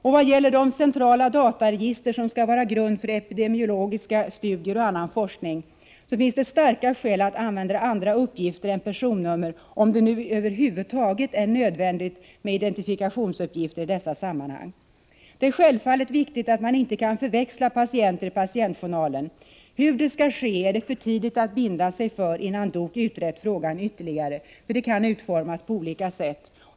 I vad gäller de centrala dataregister som skall vara grund för epidemiologiska studier och annan forskning, finns det starka skäl att använda andra uppgifter än personnummer, om det över huvud taget är nödvändigt med identifikationsuppgifter i dessa sammanhang. Det är självfallet viktigt att man inte kan förväxla patienter i patientjournaler. Hur det skall ske är det för tidigt att binda sig för innan DOK utrett frågan ytterligare. Det kan utformas på olika sätt.